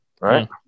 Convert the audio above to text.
Right